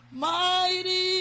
mighty